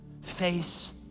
face